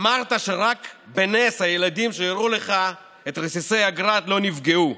אמרת שרק בנס הילדים שהראו לך את רסיסי הגראד לא נפגעו,